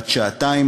בת שעתיים,